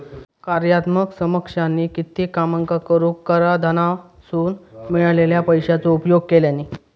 कार्यात्मक समकक्षानी कित्येक कामांका करूक कराधानासून मिळालेल्या पैशाचो उपयोग केल्यानी